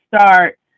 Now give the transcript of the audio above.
start